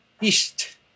east